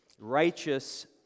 Righteous